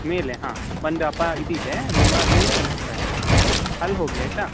ಮೇಲೆ ಹಾಂ ಒಂದು ಅಪಾ ಇದಿದೆ ರೂಮ್ ಅಲ್ಲಿ ಕಲಿಸ್ತಾರೆ ಅಲ್ಲಿ ಹೋಗಿ ಆಯಿತಾ